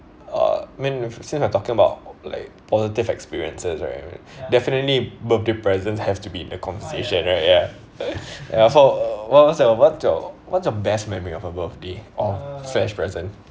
uh mean since we're talking about like positive experiences right definitely birthday present have to be in the conversation right ya ya so what what's your what's your what's your best memory of a birthday or fresh present